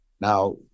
Now